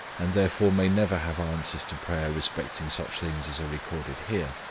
and therefore may never have answers to prayer respecting such things as are recorded here